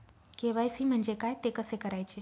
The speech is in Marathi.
के.वाय.सी म्हणजे काय? ते कसे करायचे?